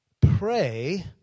pray